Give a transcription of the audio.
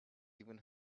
even